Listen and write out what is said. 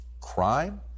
crime